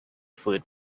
fluid